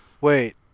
wait